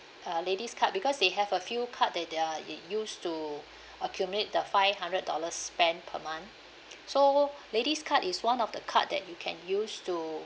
uh ladies card because they have a few card that they are u~ used to accumulate the five hundred dollars spent per month so ladies card is one of the card that you can use to